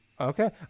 Okay